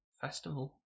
festival